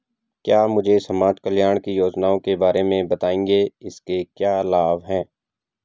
क्या मुझे समाज कल्याण की योजनाओं के बारे में बताएँगे इसके क्या लाभ हैं?